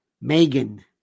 Megan